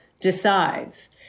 decides